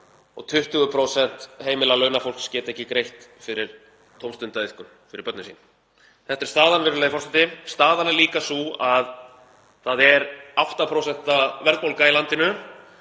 og 20% heimila launafólks geta ekki greitt fyrir tómstundaiðkun fyrir börnin sín. Þetta er staðan, virðulegi forseti. Staðan er líka sú að það er 8% verðbólga í landinu.